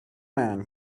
man